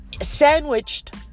sandwiched